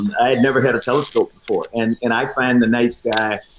i had never had a telescope before. and and i find the night sky,